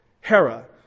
Hera